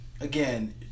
again